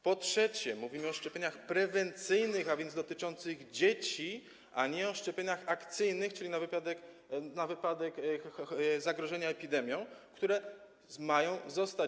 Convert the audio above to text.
Po trzecie, mówimy o szczepieniach prewencyjnych, a więc dotyczących dzieci, a nie o szczepieniach akcyjnych, czyli na wypadek zagrożenia epidemią, które mają zostać.